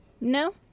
No